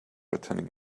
attending